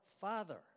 Father